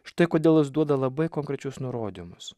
štai kodėl jis duoda labai konkrečius nurodymus